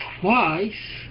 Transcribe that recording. twice